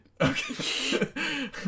Okay